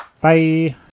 Bye